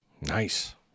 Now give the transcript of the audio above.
Nice